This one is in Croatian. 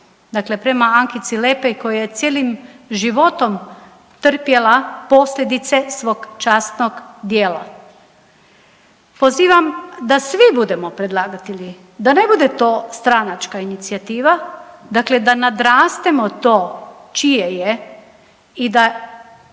dakle prema Ankici Lepej koja je cijelim životom trpjela posljedice svog časnog djela. Pozivam da svi budemo predlagatelji, da ne bude to stranačka inicijativa, dakle da nadrastemo to čije je i da